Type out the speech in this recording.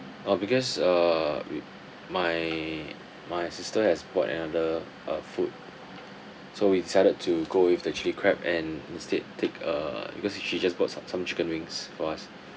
uh because uh with my my sister has bought another uh food so we decided to go away with the chilli crab and instead take uh because she just bought some some chicken wings for us